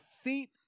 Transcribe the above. feet